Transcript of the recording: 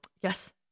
yes